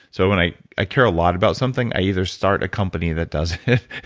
so, when i i care a lot about something, i either start a company that does